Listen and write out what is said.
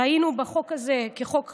ראינו בחוק הזה חוק חשוב,